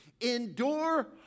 endure